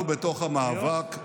אנחנו בתוך המאבק,